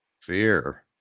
fear